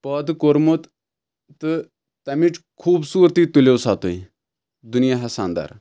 پٲدٕ کوٚرمُت تہٕ تمِچ خوٗبصوٗرتی تُلِو سا تُہۍ دُنیہَس اَنٛدر